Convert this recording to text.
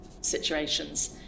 situations